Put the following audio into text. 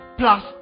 plus